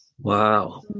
Wow